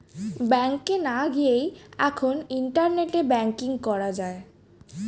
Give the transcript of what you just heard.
ব্যাংকে না গিয়েই এখন ইন্টারনেটে ব্যাঙ্কিং করা যায়